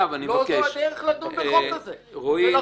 לא זו הדרך לדון בחוק הזה ולכן,